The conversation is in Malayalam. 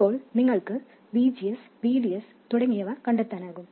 അപ്പോൾ നിങ്ങൾക്ക് VGS VDS തുടങ്ങിയവ കണ്ടെത്താനാകും